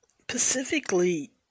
Specifically